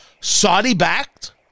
Saudi-backed